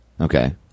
Okay